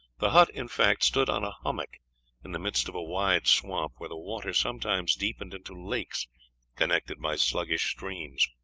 the hut, in fact, stood on a hummock in the midst of a wide swamp where the water sometimes deepened into lakes connected by sluggish streams.